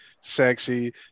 sexy